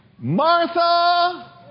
Martha